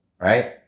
right